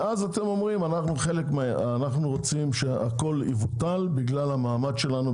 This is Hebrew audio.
אתם אומרים שאתם רוצים שהכול יבוטל בגלל המעמד שלכם,